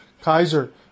Kaiser